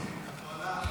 נתקבלו.